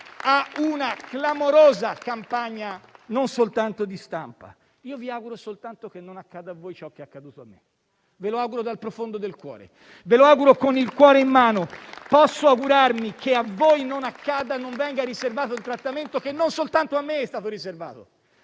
a una clamorosa campagna non soltanto di stampa. Vi auguro soltanto che non accada a voi ciò che è accaduto a me. Ve lo auguro dal profondo del cuore. Ve lo auguro con il cuore in mano. Posso augurarmi che a voi non accada e non vi venga riservato un trattamento che non soltanto a me è stato riservato.